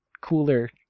cooler